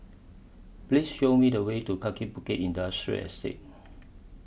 Please Show Me The Way to Kaki Bukit Industrial Estate